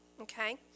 okay